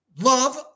love